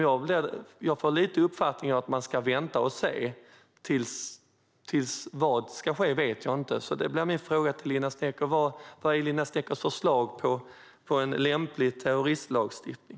Jag uppfattar det lite som att man ska vänta och se tills något sker. Vad som ska ske vet jag inte. Min fråga till Linda Snecker blir: Vad är Linda Sneckers förslag på en lämplig terrorismlagstiftning?